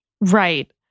Right